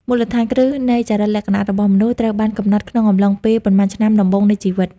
មូលដ្ឋានគ្រឹះនៃចរិតលក្ខណៈរបស់មនុស្ស ត្រូវបានកំណត់ក្នុងកំឡុងពេលប៉ុន្មានឆ្នាំដំបូងនៃជីវិត។